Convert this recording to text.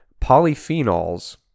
Polyphenols